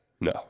No